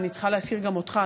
אני צריכה להזכיר גם אותך,